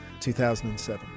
2007